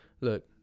look